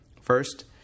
First